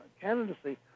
candidacy